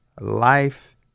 life